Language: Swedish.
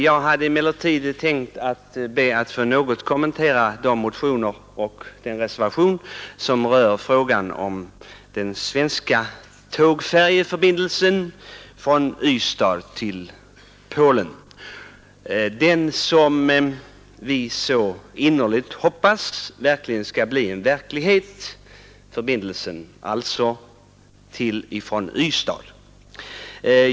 Jag hade emellertid tänkt att något få kommentera de motioner och den reservation som rör frågan om den svenska tågfärjeförbindelsen från Ystad till Polen, den förbindelse som vi så innerligt hoppas skall bli verklighet.